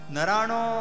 Narano